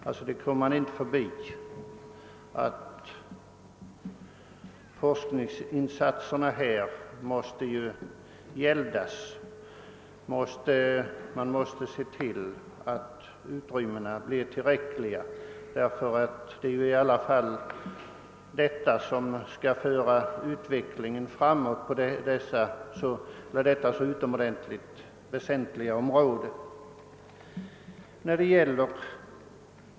Det går inte att komma förbi att forskningsinsatserna måste gäldas — man måste se till att utrymmet härvidlag blir tillräckligt, ty det är ändå forskningen som skall föra utvecklingen framåt på detta så väsentliga område.